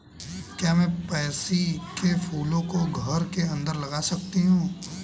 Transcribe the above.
क्या मैं पैंसी कै फूलों को घर के अंदर लगा सकती हूं?